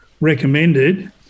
recommended